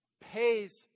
pays